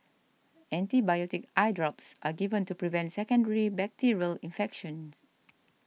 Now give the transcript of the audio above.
antibiotic eye drops are given to prevent secondary bacterial infection